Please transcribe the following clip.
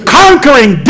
conquering